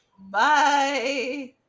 Bye